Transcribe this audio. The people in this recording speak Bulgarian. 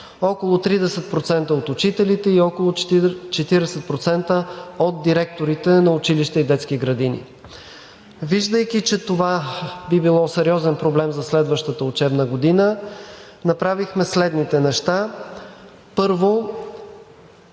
около 30% от учителите и около 40% от директорите на училища и детски градини. Виждайки, че това би било сериозен проблем за следващата учебна година, направихме следните неща: Първо,